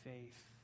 faith